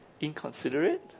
inconsiderate